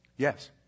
Yes